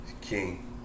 king